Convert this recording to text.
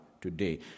today